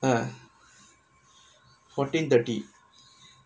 fourteen thirty